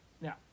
Now